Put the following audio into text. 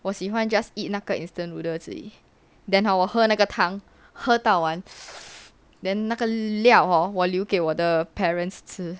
我喜欢 just eat 那个 instant noodles 而已 then hor 我喝那个汤喝到完 then 那个料 hor 我留给我的 parents 吃